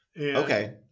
Okay